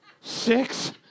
six